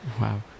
Wow